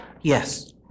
Yes